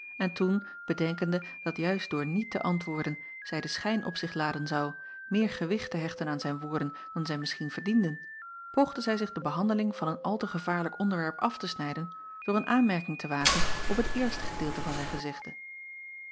en toen bedenkende dat juist door niet te antwoorden zij den schijn op zich laden zou meer gewicht te hechten aan zijn woorden dan zij misschien verdienden poogde zij zich de behandeling van een al te gevaarlijk onderwerp af te snijden door een aanmerking te wagen op het eerste gedeelte van zijn gezegde